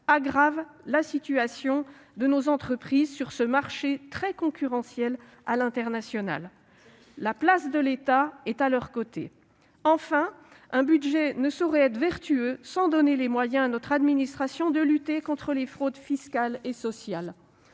aggrave la situation de nos entreprises sur ce marché très concurrentiel à l'international. La place de l'État est à leurs côtés. Enfin, un budget ne saurait être vertueux sans donner à notre administration les moyens de lutter contre les fraudes fiscale et sociale.